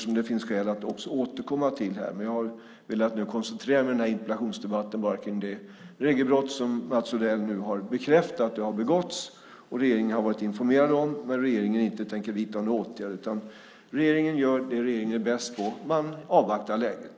Dem finns det skäl att återkomma till, men jag har valt att koncentrera denna interpellationsdebatt på det regelbrott som Mats Odell nu har bekräftat. Det har alltså begåtts och regeringen har varit informerad om det, men regeringen tänker inte vidta några åtgärder. Regeringen gör i stället det man är bäst på. Man avvaktar läget.